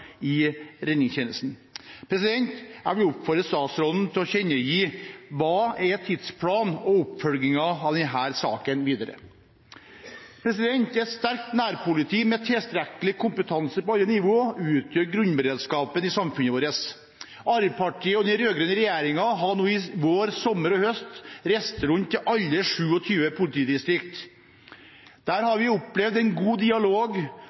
i redningstjenesten. Jeg vil oppfordre statsråden til å tilkjennegi hva som er tidsplanen for og oppfølgingen av denne saken videre. Et sterkt nærpoliti med tilstrekkelig kompetanse på alle nivå utgjør grunnberedskapen i samfunnet vårt. Arbeiderpartiet og den rød-grønne regjeringen har i vår, i sommer og i høst reist rundt til alle de 27 politidistriktene. Der har vi opplevd en god dialog